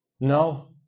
No